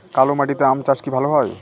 কালো মাটিতে আম চাষ কি ভালো হয়?